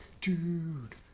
Dude